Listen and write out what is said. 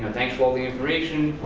and thanks for all the information.